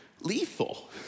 Lethal